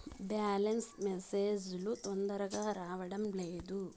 Balance message లు తొందరగా రావడం లేదు?